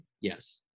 Yes